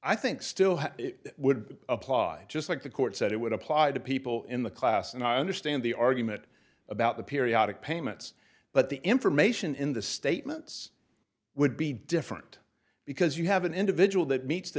i think still how it would apply just like the court said it would apply to people in the class and i understand the argument about the periodic payments but the information in the statements would be different because you have an individual that meets the